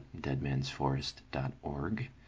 deadmansforest.org